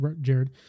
Jared